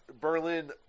Berlin